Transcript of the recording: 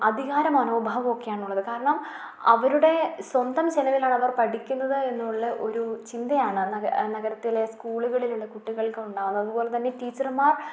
അധികാര മനോഭവം ഒക്കെയാണുള്ളത് കാരണം അവരുടെ സ്വന്തം ചിലവിലാണ് അവർ പഠിക്കുന്നത് എന്നുള്ള ഒരു ചിന്തയാണ് നഗരത്തിലെ സ്കൂളുകളിലുള്ള കുട്ടികൾക്ക് ഉണ്ടാാവുന്നത് അതുപോലെത്തന്നെ ടീച്ചറ്മാർ